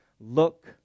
Look